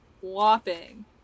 Whopping